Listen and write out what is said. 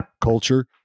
culture